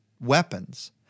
weapons